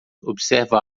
observa